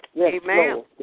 Amen